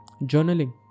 Journaling